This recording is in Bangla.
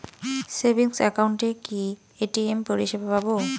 সেভিংস একাউন্টে কি এ.টি.এম পরিসেবা পাব?